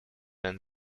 and